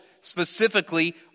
specifically